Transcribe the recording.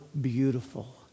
beautiful